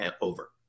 over